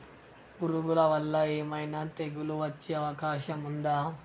పురుగుల వల్ల ఏమైనా తెగులు వచ్చే అవకాశం ఉందా?